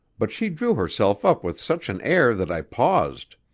but she drew herself up with such an air that i paused.